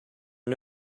are